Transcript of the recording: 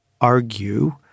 argue